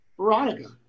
Veronica